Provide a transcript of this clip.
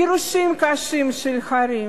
גירושין קשים של ההורים,